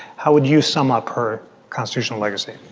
how would you sum up her consitutional legacy?